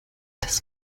das